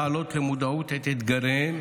להעלות למודעות את אתגריה,